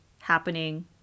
happening